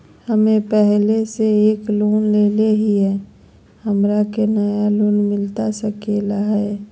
हमे पहले से एक लोन लेले हियई, हमरा के नया लोन मिलता सकले हई?